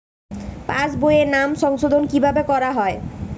পাশ বইয়ে নাম সংশোধন কিভাবে করা হয়?